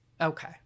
Okay